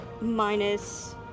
minus